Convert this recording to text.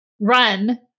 run